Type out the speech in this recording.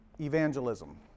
evangelism